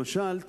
למשל,